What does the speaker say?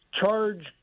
charge